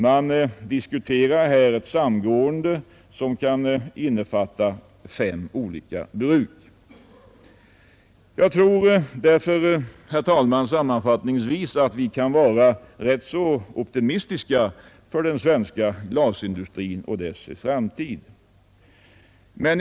Man diskuterar ett samgående som kan innefatta fem olika bruk. Jag tror sammanfattningsvis, herr talman, att vi kan vara rätt optimistiska för den svenska glasindustrin och dess framtid.